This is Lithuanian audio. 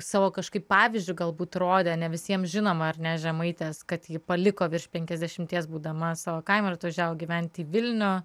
savo kažkaip pavyzdžiu galbūt rodė ne visiem žinoma ar ne žemaitės kad ji paliko virš penkiasdešimties būdama savo kaimą ir atvažiavo gyventi į vilnių